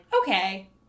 okay